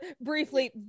Briefly